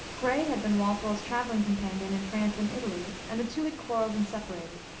gray had been walpole's traveling companion in france and italy, and the two had quarreled and separated,